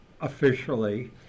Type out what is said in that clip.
officially